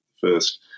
first